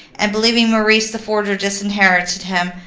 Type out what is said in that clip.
and, believing maurice the forger, disinherited him.